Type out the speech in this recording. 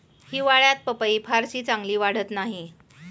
हिवाळ्यात पपई फारशी चांगली वाढत नाही